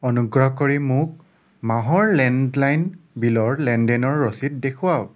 অনুগ্ৰহ কৰি মোক মাহৰ লেণ্ডলাইন বিলৰ লেনদেনৰ ৰচিদ দেখুৱাওঁক